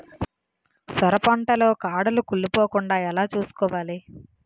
సొర పంట లో కాడలు కుళ్ళి పోకుండా ఎలా చూసుకోవాలి?